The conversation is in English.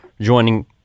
joining –